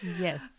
Yes